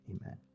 amen